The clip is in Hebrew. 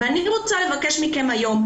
אני רוצה לבקש מכם היום,